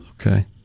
Okay